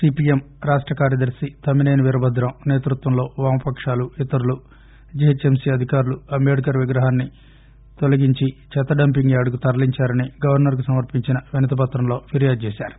CPM రాష్ట కార్యదర్భి Tammineni Veerabhadram సేతృత్వంలో వామపకాలు ఇతరులు జిహెచ్ఎంసి అధికారులు అంబేద్కర్ విగ్రహాన్సి తొలగించి చెత్త డంపింగ్ యార్డుకు తరలించారని గవర్సర్ కు సమర్పించిన వినతిపత్రంలో ఫిర్యాదు చేశారు